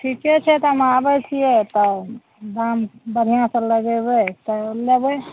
ठीके छै तऽ हम आबै छियै तब दाम बढ़िआँसँ लगेबै तब लेबै